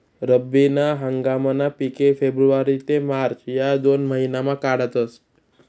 रब्बी ना हंगामना पिके फेब्रुवारी ते मार्च या दोन महिनामा काढातस